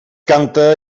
canta